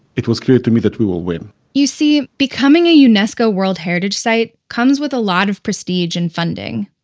it was clear to me that we will win you see, becoming a unesco world heritage site comes with a lot of prestige and funding.